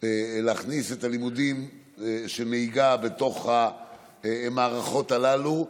להכניס את לימודי הנהיגה במערכות הללו,